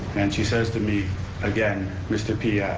and she says to me again, mr. p,